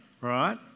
right